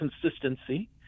consistency